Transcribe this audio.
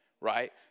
right